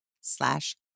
slash